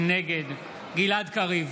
נגד גלעד קריב,